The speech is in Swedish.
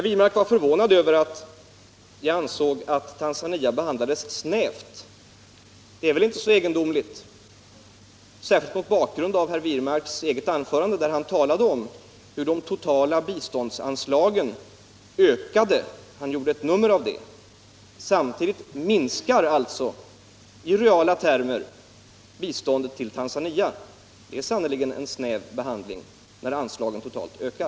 Herr Wirmark var förvånad över att jag ansåg att Tanzania behandlades snävt. Det är väl inte så egendomligt, särskilt mot bakgrunden av herr Wirmarks eget anförande, där han talade om hur de totala biståndsanslagen ökade. Han gjorde ett nummer av detta. Samtidigt minskar i reala termer biståndet till Tanzania. Det är sannerligen en snäv behandling, när anslagen totalt ökar.